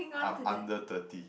I'm under thirty